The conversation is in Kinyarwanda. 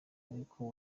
ariko